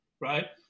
right